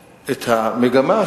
עבודה,